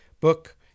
book